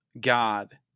God